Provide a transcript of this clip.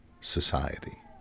society